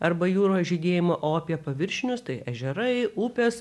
arba jūros žydėjimą o apie paviršinius tai ežerai upės